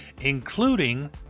including